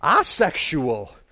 asexual